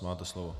Máte slovo.